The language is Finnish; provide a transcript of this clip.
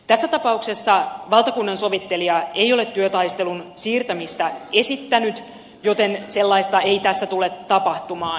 tässä tapauksessa valtakunnansovittelija ei ole työtaistelun siirtämistä esittänyt joten sellaista ei tässä tule tapahtumaan